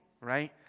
Right